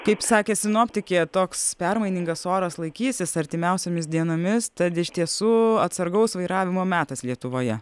kaip sakė sinoptikė toks permainingas oras laikysis artimiausiomis dienomis tad iš tiesų atsargaus vairavimo metas lietuvoje